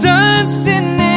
Dancing